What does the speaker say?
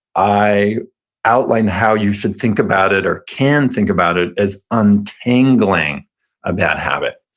i outline how you should think about it or can think about it as untangling a bad habit.